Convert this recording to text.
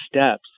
steps